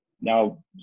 now